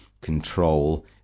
control